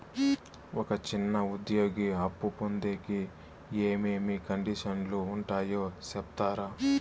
ఒక చిన్న ఉద్యోగి అప్పు పొందేకి ఏమేమి కండిషన్లు ఉంటాయో సెప్తారా?